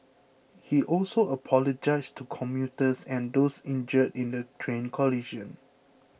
he also apologised to commuters and those injured in the train collision